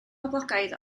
poblogaidd